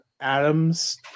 Adams